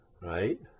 right